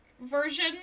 version